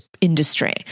industry